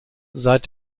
seit